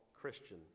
Christian